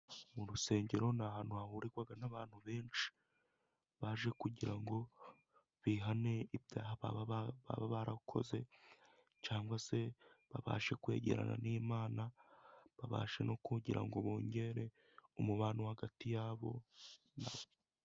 Mu rusengero ni ahantu hahurirwa n'abantu benshi baje kugira ngo bihane ibyaha baba barakoze cyangwa se babashe kwegerana n'Imana babasha no kugira ngo bongere umubano hagati yabo.